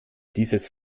dieses